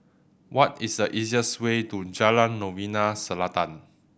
what is the easiest way to Jalan Novena Selatan